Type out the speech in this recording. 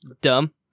dumb